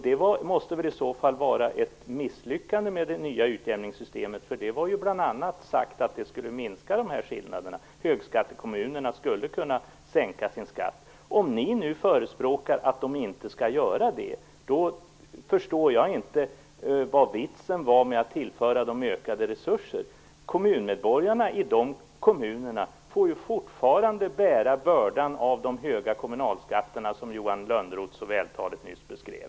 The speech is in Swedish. Det måste väl i så fall vara ett misslyckande för det nya utjämningssystemet. Det hade ju bl.a. sagts att det skulle minska de här skillnaderna. Högskattekommunerna skulle kunna sänka sin skatt. Om ni nu förespråkar att det inte skall göra det, förstår jag inte vad det var för vits med att tillföra dem ökade resurser. Kommuninvånarna i de kommunerna får ju fortfarande bära bördan av de höga kommunalskatter som Johan Lönnroth nyss så vältaligt beskrev.